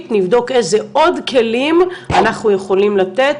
נבדוק איזה עוד כלים אנחנו יכולים לתת,